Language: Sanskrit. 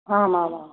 हामामामां